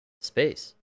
space